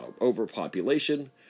overpopulation